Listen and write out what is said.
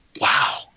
Wow